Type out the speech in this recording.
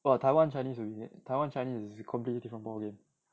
!wah! taiwan chinese taiwan chinese is a completely different ballgame